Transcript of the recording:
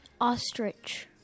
ostrich